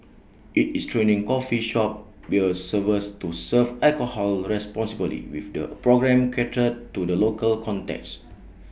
IT is training coffee shop beer servers to serve alcohol responsibly with the programme catered to the local context